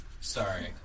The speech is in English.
Sorry